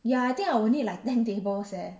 ya I think I will need like ten tables eh